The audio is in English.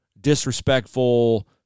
disrespectful